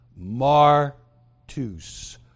martus